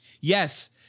Yes